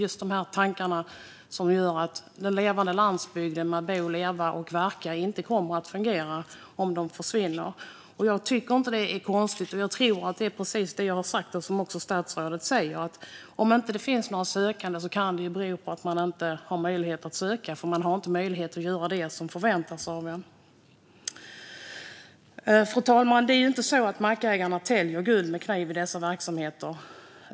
Om dessa mackar försvinner kommer den levande landsbygden, där man kan bo, leva och verka, inte att fungera. Jag tycker inte att det är konstigt. Jag tror att det är precis som jag har sagt och som statsrådet också säger. Om det inte finns några sökande kan det bero på att man inte har möjlighet att söka eftersom man inte har möjlighet att göra det som förväntas av en. Fru talman! Det är inte så att mackägarna täljer guld med kniv i dessa verksamheter.